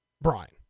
Brian